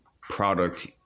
product